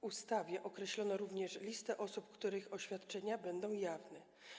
W ustawie określono również listę osób, których oświadczenia będą jawne.